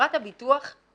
חברת הביטוח נושאת